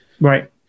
Right